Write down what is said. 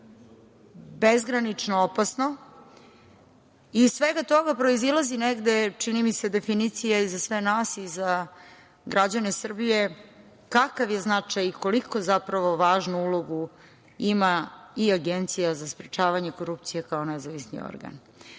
bezgranično opasno. Iz svega toga proizilazi negde čini mi se definicija za sve nas i za građane Srbije kakav je značaj koliko zapravo važnu ulogu ima i Agencija za sprečavanje korupcije kao nezavisni organ.